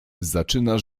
zaczyna